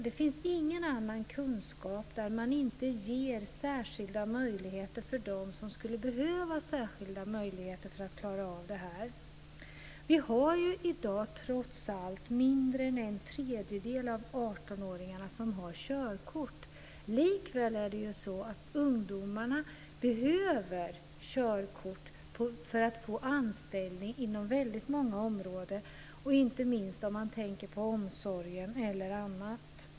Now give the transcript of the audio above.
Det finns ingen annan kunskap där man inte ger särskilda möjligheter åt dem som skulle behöva sådana för att klara av detta. Det är i dag trots allt mindre än en tredjedel av artonåringarna som har körkort. Likväl behöver ju ungdomarna körkort för att få anställning inom väldigt många områden, inte minst omsorgen.